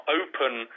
open